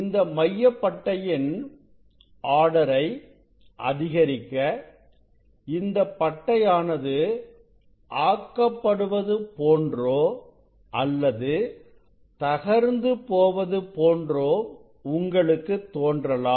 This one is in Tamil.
இந்த மைய பட்டையின் ஆர்டரை அதிகரிக்க இந்தப் பட்டை ஆனது ஆக்கப்படுவது போன்றோ அல்லது தகர்ந்துபோவது போன்றோ உங்களுக்கு தோன்றலாம்